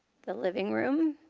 the living room,